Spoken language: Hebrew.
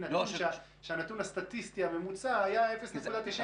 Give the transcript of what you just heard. נתון שהנתון הסטטיסטי הממוצע היה 0.90,